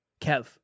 Kev